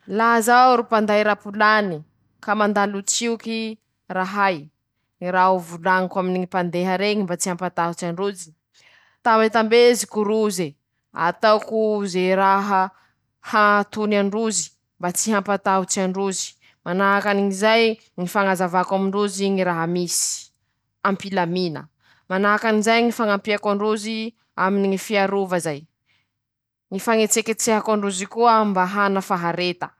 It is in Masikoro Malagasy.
Manahaky anizaomoa ñy tohiny ñy rehadrehaky toy: - "La misaotra anao lahy aho, la tsy haiko ñy ho nataoko laha tsy nisy anao nanoro lala ahy ro nanoro hevitsy ahy aminy ñy raha tokony hataoko iabiaby ".